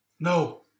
No